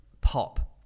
pop